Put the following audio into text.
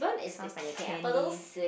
sounds like a candy